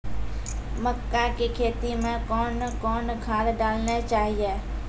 मक्का के खेती मे कौन कौन खाद डालने चाहिए?